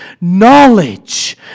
knowledge